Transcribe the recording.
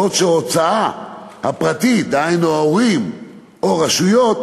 בעוד שההוצאה הפרטית, דהיינו ההורים או הרשויות,